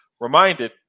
Reminded